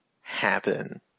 happen